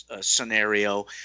scenario